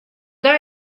dei